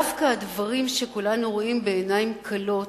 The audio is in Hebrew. דווקא הדברים שכולנו רואים בעיניים כלות